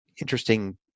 interesting